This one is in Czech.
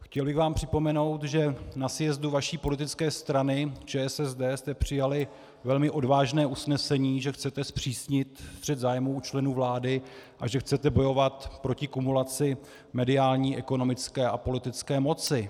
Chtěl bych vám připomenout, že na sjezdu vaší politické strany ČSSD jste přijali velmi odvážné usnesení, že chcete zpřísnit střet zájmů u členů vlády a že chcete bojovat proti kumulaci mediální, ekonomické a politické moci.